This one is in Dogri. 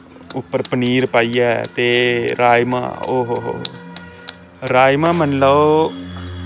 उप्पर पनीर पाइयै ते राजमां ओ हो हो राजमां मन्नी लैओ